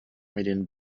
medien